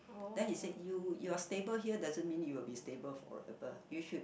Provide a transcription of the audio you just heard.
then he said you you are stable here doesn't mean you will be stable forever you should